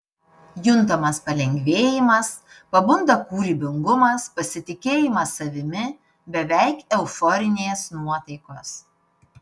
juntamas palengvėjimas pabunda kūrybingumas pasitikėjimas savimi beveik euforinės nuotaikos